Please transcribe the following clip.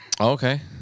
Okay